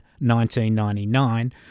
1999